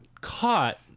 caught